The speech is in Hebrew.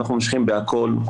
אנחנו ממשיכים בהכל,